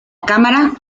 cámara